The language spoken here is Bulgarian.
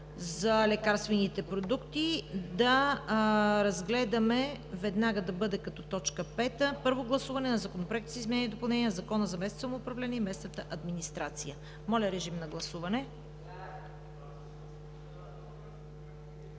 за лекарствените продукти в хуманната медицина, веднага да бъде като точка пета – Първо гласуване на Законопроекта за изменение и допълнение на Закона за местното самоуправление и местната администрация. Моля, режим на гласуване.